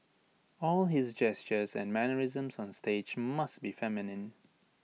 all his gestures and mannerisms on stage must be feminine